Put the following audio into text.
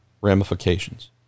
ramifications